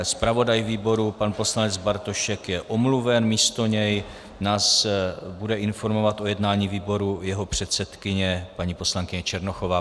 Zpravodaj výboru pan poslanec Bartošek je omluven, místo něj nás bude informovat o jednání výboru jeho předsedkyně, paní poslankyně Černochová.